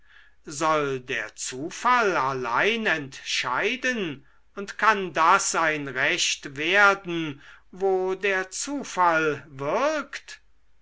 soll der zufall allein entscheiden und kann das ein recht werden wo der zufall wirkt